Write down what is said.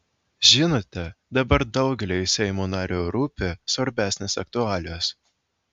žinote dabar daugeliui seimo narių rūpi svarbesnės aktualijos